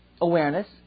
awareness